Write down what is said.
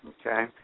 Okay